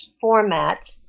format